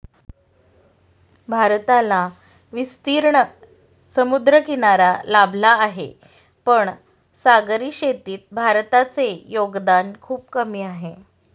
भारताला विस्तीर्ण समुद्रकिनारा लाभला आहे, पण सागरी शेतीत भारताचे योगदान खूप कमी आहे